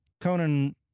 Conan